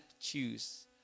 choose